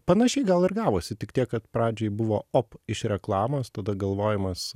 panašiai gal ir gavosi tik tiek kad pradžioj buvo op iš reklamos tada galvojimas